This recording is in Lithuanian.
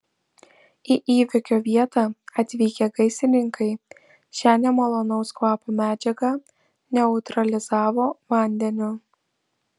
į įvykio vietą atvykę gaisrininkai šią nemalonaus kvapo medžiagą neutralizavo vandeniu